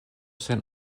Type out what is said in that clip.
sen